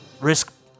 risk